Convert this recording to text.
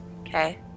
Okay